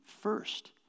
first